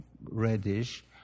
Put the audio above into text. reddish